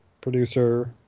Producer